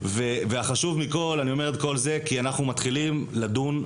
החשוב ביותר לעתיד הספורט הישראלי ולעתיד ילדי מדינת ישראל,